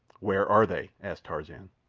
where are they? asked tarzan.